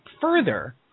further